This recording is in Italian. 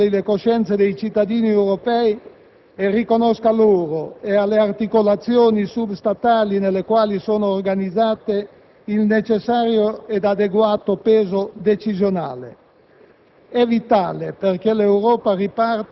nel quadro di un nuovo processo che stimoli le coscienze dei cittadini europei e riconosca loro e alle articolazioni *sub*-statali nelle quali sono organizzate il necessario ed adeguato peso decisionale.